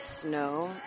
snow